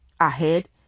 ahead